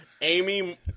Amy